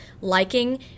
liking